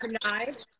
tonight